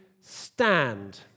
stand